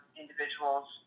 individuals